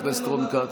חבר הכנסת רון כץ.